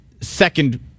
second